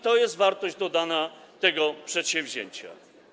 To jest wartość dodana tego przedsięwzięcia.